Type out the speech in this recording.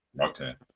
okay